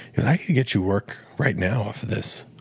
and i can get you work right now off of this.